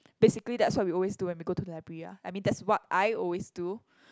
basically that's what we always do when we go to library lah I mean that's what I always do